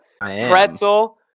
pretzel